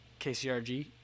kcrg